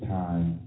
time